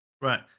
Right